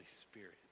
Spirit